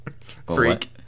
freak